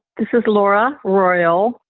this is laura royal,